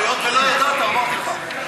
היות שלא ידעת, אמרתי לך.